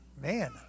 man